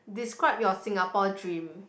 describe your Singapore dream